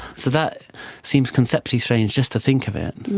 so that seems conceptually strange, just to think of it.